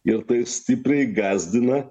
ir tai stipriai gąsdina